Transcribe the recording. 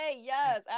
yes